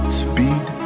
speed